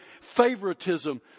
favoritism